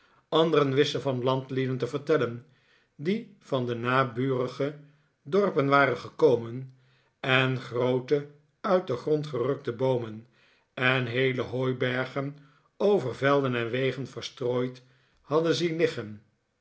anderen wisten van landlieden te vertellen die van de naburige dorpen waren gekomen en groote uit den grond gerukte boomen en heele hooibergen over velden en wegen verstrooid hadden zien liggori